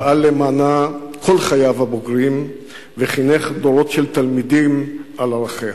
פעל למענה כל חייו הבוגרים וחינך דורות של תלמידים על ערכיה.